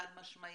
חד משמעית,